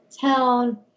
town